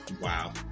wow